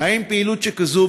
האם פעילות שכזו,